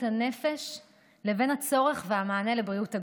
הנפש לבין הצורך והמענה לבריאות הגוף.